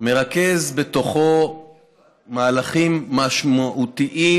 מרכז בתוכו מהלכים משמעותיים,